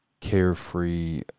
carefree